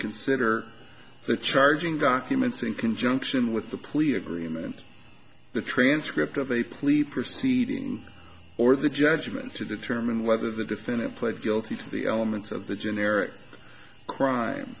consider the charging documents in conjunction with the plea agreement the transcript of a please proceed or the judgment to determine whether the defendant pled guilty to the elements of the generic crime